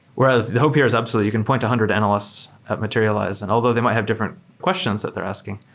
whereas the hope here is absolutely you can point to hundred analysts at materialize, and although they might have different questions that they're asking,